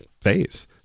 phase